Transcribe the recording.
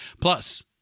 Plus